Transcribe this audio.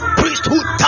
priesthood